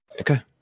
Okay